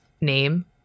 name